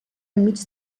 enmig